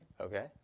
okay